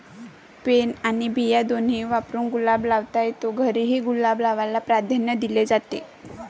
pen आणि बिया दोन्ही वापरून गुलाब लावता येतो, घरीही गुलाब लावायला प्राधान्य दिले जाते